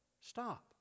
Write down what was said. Stop